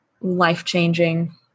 life-changing